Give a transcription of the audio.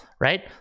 right